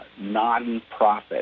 non-profit